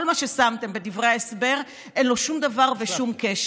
מה ששמתם בדברי ההסבר אין לו שום דבר ושום קשר.